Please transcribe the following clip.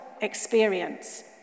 experience